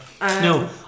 No